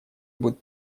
будет